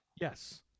Yes